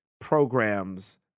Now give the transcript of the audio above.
programs